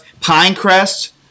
Pinecrest